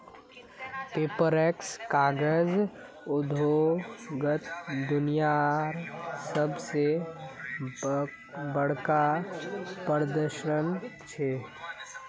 Paperex कागज उद्योगत दुनियार सब स बढ़का प्रदर्शनी छिके